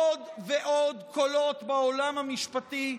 עוד ועוד קולות בעולם המשפטי,